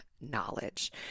knowledge